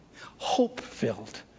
hope-filled